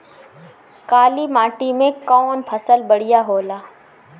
काली माटी मै कवन फसल बढ़िया होला?